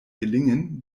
gelingen